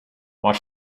what